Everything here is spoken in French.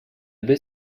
baie